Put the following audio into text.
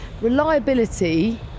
Reliability